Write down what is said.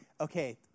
okay